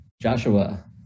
Joshua